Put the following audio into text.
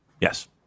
Yes